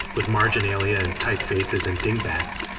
with marginalia and type faces and dingbats.